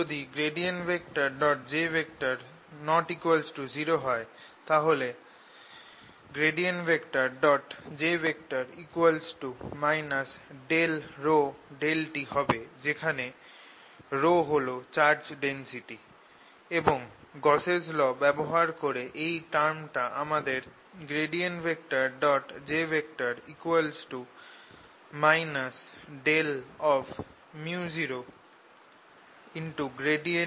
যদি j≠0 হয় তাহলে j ∂ρ∂t হবে যেখানে ρ হল চার্জ ডেনসিটি এবং গাউসস ল ব্যবহার করে এই টার্মটা আমাদের j ∂0E∂t দেয়